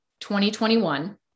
2021